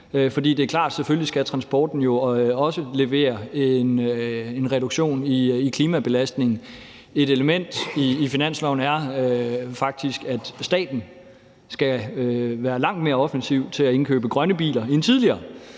at selvfølgelig skal transporten jo også levere en reduktion af klimabelastningen. Et element i finansloven er faktisk, at staten skal være langt mere offensiv i forhold til at indkøbe grønne biler end tidligere,